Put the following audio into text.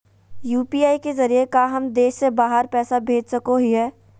UPI के जरिए का हम देश से बाहर पैसा भेज सको हियय?